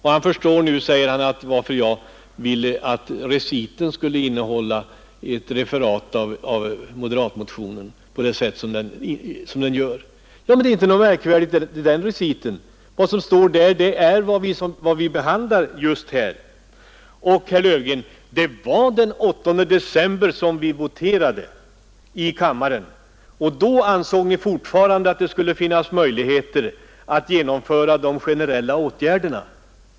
Han förstår nu, säger han, varför jag vill att reciten skulle innehålla ett referat av moderatmotionen på det sätt som den gör. Det är inte något märkvärdigt med den reciten. Det som står i den är just vad vi här behandlar. Det var, herr Löfgren, den 8 december 1971 som vi voterade i kammaren. Då ansåg ni fortfarande att det skulle finnas möjligheter att genomföra de generella åtgärderna.